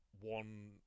one